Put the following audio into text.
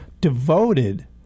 devoted